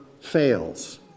fails